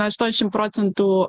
aštuoniasdešim procentų